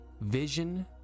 vision